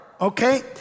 okay